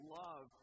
love